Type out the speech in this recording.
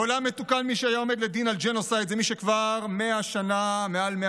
בעולם מתוקן מי שהיה עומד לדין על ג'נוסייד הוא מי שכבר מעל 100